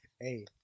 Hey